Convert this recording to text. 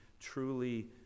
truly